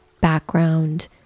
background